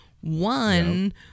One